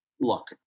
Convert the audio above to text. look